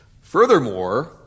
Furthermore